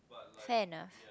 fair enough